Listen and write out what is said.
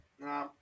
No